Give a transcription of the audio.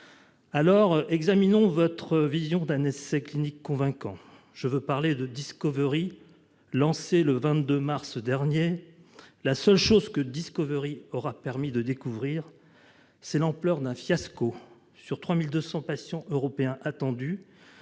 Alors, examinons ce qui est selon vous un essai clinique convaincant : je veux parler de Discovery, lancé le 22 mars dernier. La seule chose que Discovery aura permis de découvrir, c'est l'ampleur d'un fiasco. Alors que 3 200 patients européens étaient